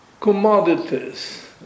commodities